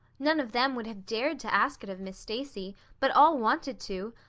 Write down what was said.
none of them would have dared to ask it of miss stacy, but all wanted to,